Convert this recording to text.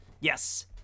Yes